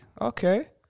okay